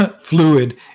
fluid